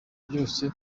byose